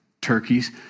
turkeys